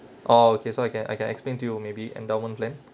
oh okay so I can I can explain to you maybe endowment plan